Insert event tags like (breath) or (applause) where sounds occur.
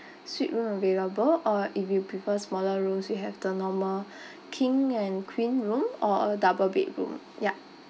suite room available or if you prefer smaller rooms we have the normal (breath) king and queen room or a double bedroom ya